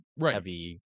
heavy